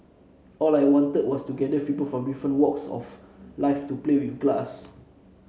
all I wanted was to gather people from different walks of life to play with glass